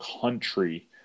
country